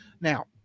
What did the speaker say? Now